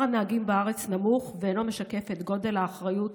שכר הנהגים בארץ נמוך ואינו משקף את גודל האחריות